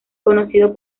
conocido